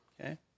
okay